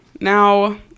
now